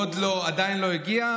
הוא עוד לא, עדיין לא הגיע.